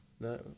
No